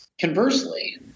Conversely